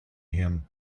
him